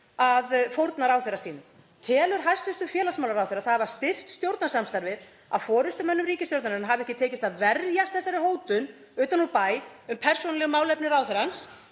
að fórna ráðherra sínum. Telur hæstv. félagsmálaráðherra það hafa styrkt stjórnarsamstarfið að forystumönnum ríkisstjórnarinnar hafi ekki tekist að verjast þessari hótun utan úr bæ um persónuleg málefni ráðherrans